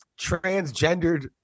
transgendered